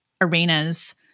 arenas